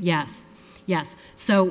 yes yes so